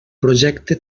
projecte